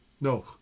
no